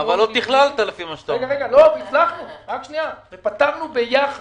ופתרנו ביחד,